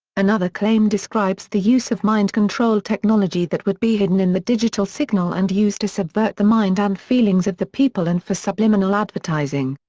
another claim describes the use of mind control technology that would be hidden in the digital signal and used to subvert the mind and feelings of the people and for subliminal advertising.